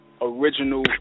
original